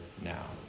now